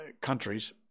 countries